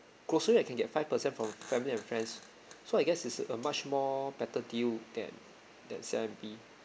grocery I can get five percent from family and friends so I guess it's a a much more better deal than than C_I_M_B